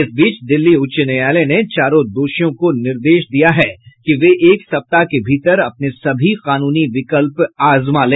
इस बीच दिल्ली उच्च न्यायालय ने चारों दोषियों को निर्देश दिया है कि वे एक सप्ताह के भीतर अपने सभी कानूनी विकल्प आजमा ले